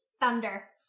thunder